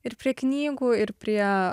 ir prie knygų ir prie